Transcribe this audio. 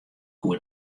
koe